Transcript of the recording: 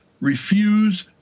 refuse